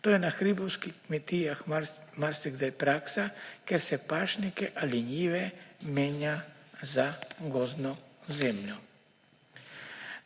To je hribovskih kmetijah marsikdaj praksa, ker se pašnike ali njive menja za gozdno zemljo.